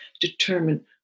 determine